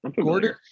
Gordon